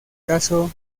caso